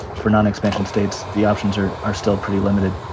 for non-expansion states, the options are are still pretty limited.